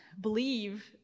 believe